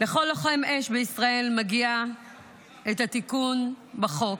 לכל לוחם אש בישראל מגיע את התיקון בחוק,